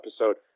episode